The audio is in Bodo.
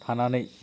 थानानै